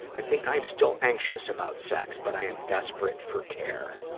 i think i am still anxious about sex, but i am desperate for care.